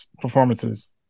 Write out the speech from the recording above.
performances